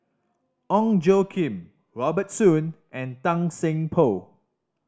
Ong Tjoe Kim Robert Soon and Tan Seng Poh